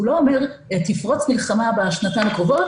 הוא לא אומר: תפרוץ מלחמה בשנתיים הקרובות